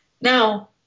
now